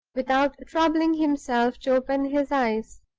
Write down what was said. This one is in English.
without troubling himself to open his eyes.